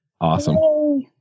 Awesome